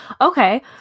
Okay